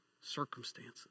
circumstances